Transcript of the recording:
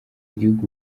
gihugu